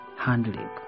handling